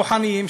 כוחניים,